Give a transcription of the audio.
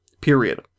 period